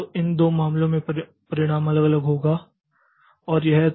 तो इन दो मामलों में परिणाम अलग होगा और यह है